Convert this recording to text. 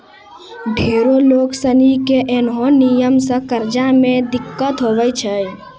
ढेरो लोग सनी के ऐन्हो नियम से कर्जा मे दिक्कत हुवै छै